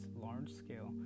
large-scale